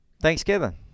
Thanksgiving